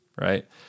right